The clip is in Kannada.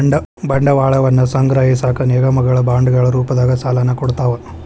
ಬಂಡವಾಳವನ್ನ ಸಂಗ್ರಹಿಸಕ ನಿಗಮಗಳ ಬಾಂಡ್ಗಳ ರೂಪದಾಗ ಸಾಲನ ಕೊಡ್ತಾವ